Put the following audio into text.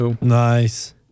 Nice